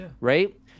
right